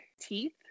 teeth